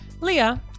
Leah